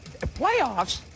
Playoffs